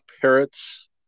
parrots